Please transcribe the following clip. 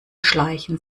schleichen